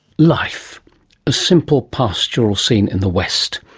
life a simple pastural scene in the west,